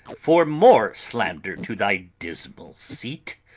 for more slander to thy dismal seat,